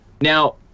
Now